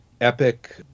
epic